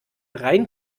rein